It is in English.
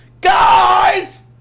guys